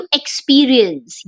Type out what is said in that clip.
experience